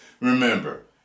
Remember